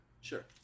Sure